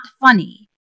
funny